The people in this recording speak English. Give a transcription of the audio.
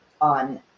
on